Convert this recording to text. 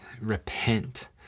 Repent